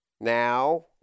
Now